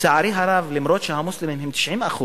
לצערי הרב, אף שהמוסלמים הם 90%,